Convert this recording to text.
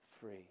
free